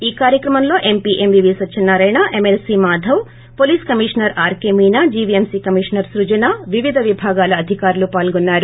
ఈ కార్యక్రమంలో MP MVV Satyanarayana MLP Madhav police commissioner RK Meena G V M C commissioner స్ఫజన వివిధ విభాగాల అధికారులు పాల్గొన్నారు